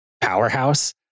powerhouse